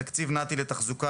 תקציב נת"י לתחזוקה,